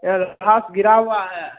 यहाँ लाश गिरा हुआ है